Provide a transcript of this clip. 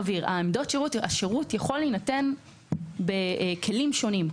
השירות יכול להינתן בכלים שונים.